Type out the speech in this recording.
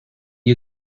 you